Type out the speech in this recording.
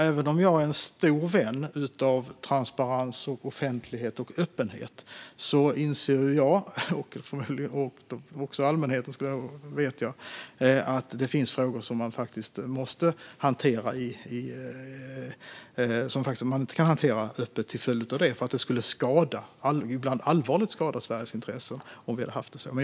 Även om jag är en stor vän av transparens, offentlighet och öppenhet inser ju jag - liksom allmänheten, vet jag - att det finns frågor som faktiskt inte kan hanteras öppet. Det skulle nämligen skada Sveriges intressen, ibland allvarligt, om vi gjorde det.